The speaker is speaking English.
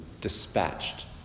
dispatched